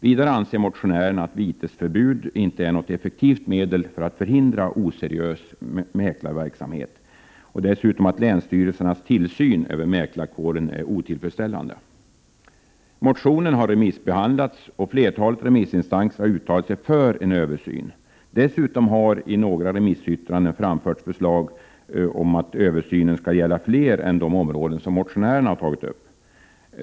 Vidare anser motionärerna att vitesförbud inte är något effektivt medel för att förhindra oseriös mäklarverksamhet och att länstyrelsernas tillsyn över mäklarkåren dessutom är otillfredsställande. Motionen har remissbehandlats, och flertalet remissinstanser har uttalat sig för en översyn. Dessutom har i några remissyttranden framförts förslag om att översynen skall gälla fler än de områden som motionärerna tagit upp.